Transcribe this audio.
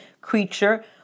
creature